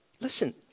Listen